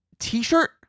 t-shirt